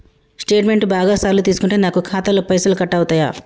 Statement బాగా సార్లు తీసుకుంటే నాకు ఖాతాలో పైసలు కట్ అవుతయా?